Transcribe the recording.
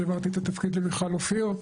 שהעברתי את התפקיד למיכל אופיר.